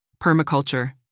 permaculture